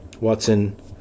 Watson